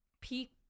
peak